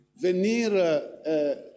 venir